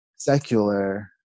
secular